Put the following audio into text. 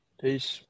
Peace